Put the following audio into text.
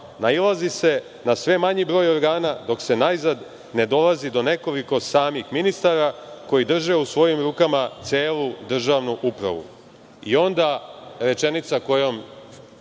nailazi se na sve manji broj organa dok se najzad ne dolazi do nekoliko samih ministara koji drže u svojim rukama celu državnu upravu.“I onda rečenica kojom